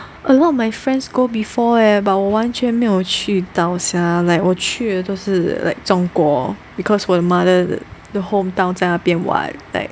a lot of my friends go before leh but 我完全没有去搞笑 like 我去的都是 like 中国 because 我的 mother 的 hometown 在那边玩 [what]